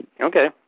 Okay